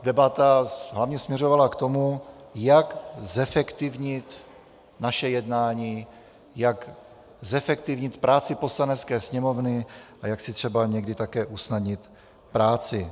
Debata hlavně směřovala k tomu, jak zefektivnit naše jednání, jak zefektivnit práci Poslanecké sněmovny a jak si třeba někdy také usnadnit práci.